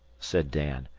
said dan.